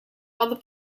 other